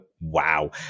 wow